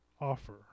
offer